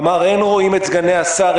הוא אמר: אין רואים את סגני השר,